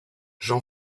jean